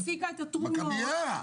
--- הפסיקה את התרומות ------ מכבייה,